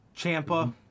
Champa